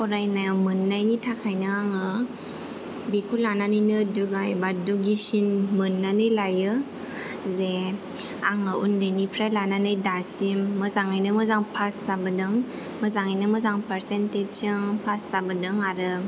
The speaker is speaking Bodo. फरायनो मोननायनि थाखायनो आङो बेखौ लानानै दुगा एबा दुगिसिन मोननानै लायो जे आं उन्दैनिफ्राय लानानै दासिम मोजाङैनो मोजां पास जाबोदों मोजाङैनो मोजां पारसेनटेजजों पास जाबोदों आरो